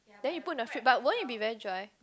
then you put in the fridge but won't it be very dry